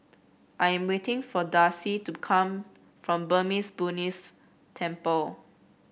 I am waiting for Darcie to come from Burmese Buddhist Temple